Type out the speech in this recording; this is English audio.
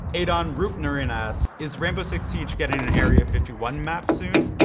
aadon roopnarine asks, is rainbow six siege getting an area fifty one map soon?